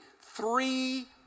three